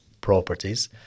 properties